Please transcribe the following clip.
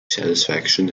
satisfaction